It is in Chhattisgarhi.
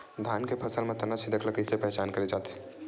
धान के फसल म तना छेदक ल कइसे पहचान करे जाथे?